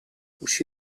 uscí